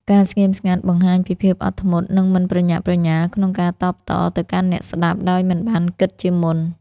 ការស្ងៀមស្ងាត់ បង្ហាញពីភាពអត់ធ្មត់ និងមិនប្រញាប់ប្រញាល់ក្នុងការតបតទៅកាន់អ្នកស្តាប់ដោយមិនបានគិតជាមុន។